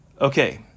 Okay